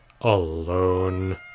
alone